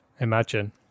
Imagine